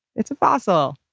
it's a fossil!